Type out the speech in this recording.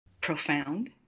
profound